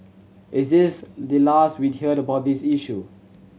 is this the last we'd hear about this issue